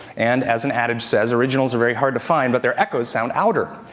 and, as an adage says, originals are very hard to find, but their echoes sound ouder.